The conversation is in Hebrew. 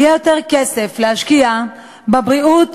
יהיה יותר כסף להשקיע בבריאות,